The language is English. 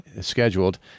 scheduled